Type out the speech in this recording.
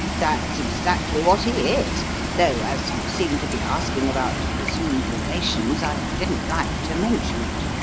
that's exactly what he is though, as you seemed to be asking about presumed relations, i didn't like to mention it.